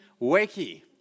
Wakey